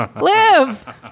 live